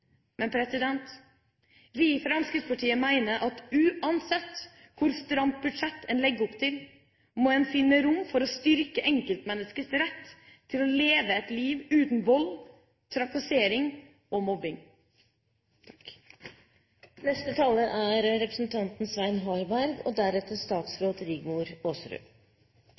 Men vi i Fremskrittspartiet mener at uansett hvor stramt budsjett en legger opp til, må en finne rom for å styrke enkeltmenneskets rett til å leve et liv uten vold, trakassering og mobbing. Kirke-, utdannings- og forskningskomiteen har et svært vidt arbeidsfelt, og